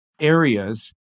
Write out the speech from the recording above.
areas